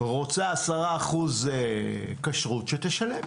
רוצה 10% כשרות, שתשלם.